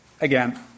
Again